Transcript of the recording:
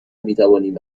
میتوانیم